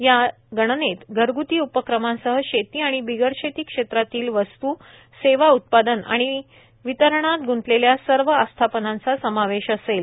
या गणनेत घरग्ती उपक्रमांसह शेती आणि बिगर शेती क्षेत्रातील वस्तू सेवा उत्पादन किंवा वितरणात ग्ंतलेल्या सर्व आस्थापनाचा समावेश असेल